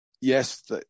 Yes